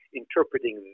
interpreting